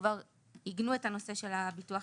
כבר עיגנו את הנושא של הביטוח